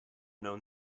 known